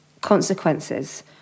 consequences